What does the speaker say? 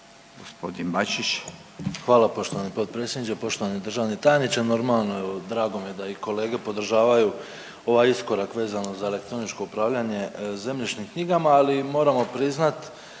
Ante (HDZ)** Hvala poštovani potpredsjedniče. Poštovani državni tajniče. Normalno drago mi je da i kolega podržavaju ovaj iskorak vezano za elektroničko upravljanje zemljišnim knjigama, ali moramo priznat